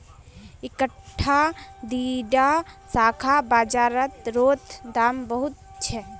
इकट्ठा दीडा शाखार बाजार रोत दाम बहुत छे